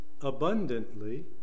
abundantly